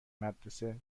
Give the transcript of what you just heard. مدرسه